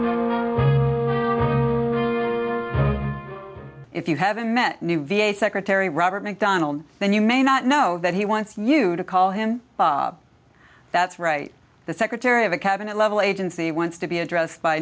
three if you haven't met new v a secretary robert mcdonald then you may not know that he wants new to call him bob that's right the secretary of a cabinet level agency wants to be addressed by